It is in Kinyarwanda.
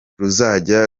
ruzajya